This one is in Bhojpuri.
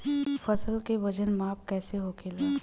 फसल का वजन माप कैसे होखेला?